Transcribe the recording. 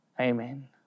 Amen